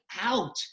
out